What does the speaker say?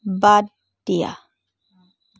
বাদ দিয়া